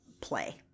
play